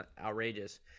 outrageous